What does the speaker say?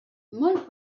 molt